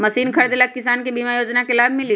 Machine खरीदे ले किसान के बीमा योजना के लाभ मिली?